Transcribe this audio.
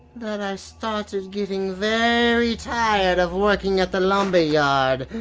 that i started getting very tired of working at the lumberyard.